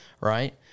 right